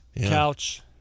Couch